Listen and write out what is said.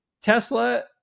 Tesla